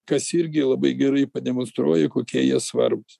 kas irgi labai gerai pademonstruoja kokie jie svarbūs